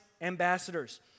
ambassadors